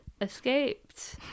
escaped